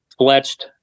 fletched